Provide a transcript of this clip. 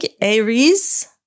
Aries